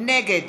נגד